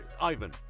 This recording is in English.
Ivan